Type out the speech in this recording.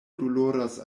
doloras